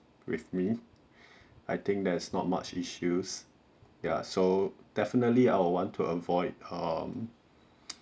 with me I think there's not much issues ya so definitely I would want to avoid um